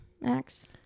Max